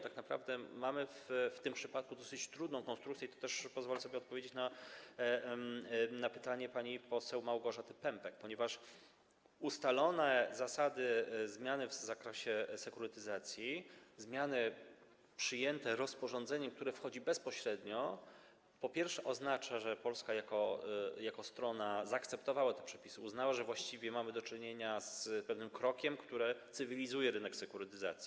Tak naprawdę mamy w tym przypadku dosyć trudną konstrukcję - tu też pozwolę sobie odpowiedzieć na pytanie pani poseł Małgorzaty Pępek - ponieważ ustalone zasady zmiany w zakresie sekurytyzacji, zmiany przyjęte rozporządzeniem, które wchodzi bezpośrednio, po pierwsze, oznaczają, że Polska jako strona zaakceptowała te przepisy, uznała, że właściwie mamy do czynienia z pewnym krokiem, który cywilizuje rynek sekurytyzacji.